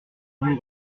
vous